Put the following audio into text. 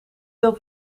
deel